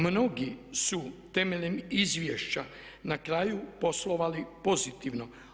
Mnogi su temeljem izvješća na kraju poslovali pozitivno.